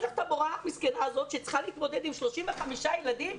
את המורה הזאת שצריכה להתמודד עם 35 ילדים.